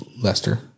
Lester